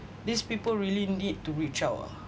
these people really need to reach out ah